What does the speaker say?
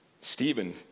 Stephen